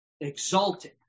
exalted